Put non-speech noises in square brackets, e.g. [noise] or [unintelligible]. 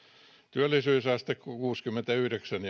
työllisyysaste kuusikymmentäyhdeksän [unintelligible]